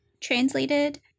translated